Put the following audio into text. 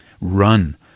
run